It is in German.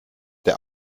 der